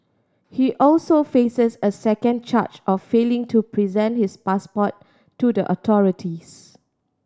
he also faces a second charge of failing to present his passport to the authorities